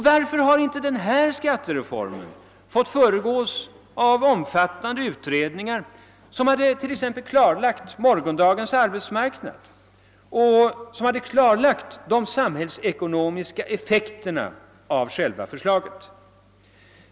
Varför har inte den här skattereformen fått föregås av omfattande utredningar, vilka t.ex. klarlagt morgondagens arbetsmarknad och de samhällsekonomiska effekterna av själva förslaget?